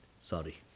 Sorry